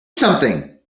something